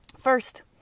First